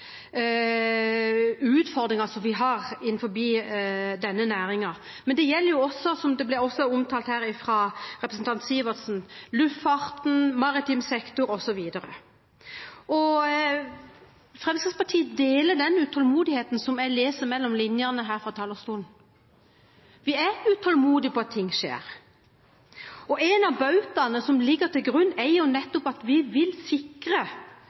vi har innenfor denne næringen, men det gjelder også, slik det ble omtalt av representanten Sivertsen, luftfarten, maritim sektor osv. Fremskrittspartiet deler den utålmodigheten som jeg leser mellom linjene her fra talerstolen. Vi er utålmodige etter at ting skjer. En av bautaene som ligger til grunn, er nettopp at vi vil sikre